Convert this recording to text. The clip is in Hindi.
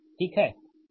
ठीक है